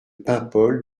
paimpol